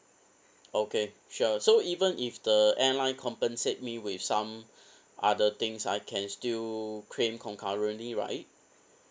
okay sure so even if the airline compensate me with some other things I can still claim concurrently right